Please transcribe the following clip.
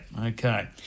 okay